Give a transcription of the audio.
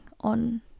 on